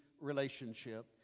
relationship